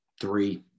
three